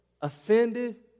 offended